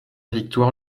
victoire